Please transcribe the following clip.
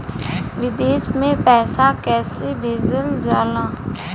विदेश में पैसा कैसे भेजल जाला?